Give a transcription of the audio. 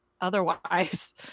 otherwise